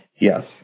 Yes